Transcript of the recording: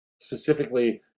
specifically